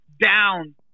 down